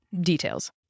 details